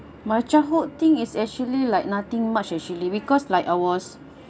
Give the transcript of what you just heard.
my childhood think is actually like nothing much actually because like I was